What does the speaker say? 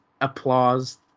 applause